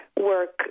work